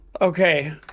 Okay